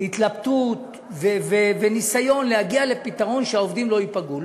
התלבטות והיה ניסיון להגיע לפתרון שהעובדים לא ייפגעו.